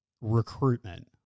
Recruitment